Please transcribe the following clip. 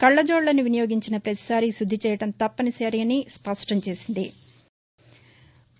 కళ్ళజోళ్ళను వినియోగించిన ప్రతిసారీ శుద్దిచేయడం తప్పనిసరిఅని స్పష్టంచేసింది